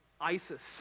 ISIS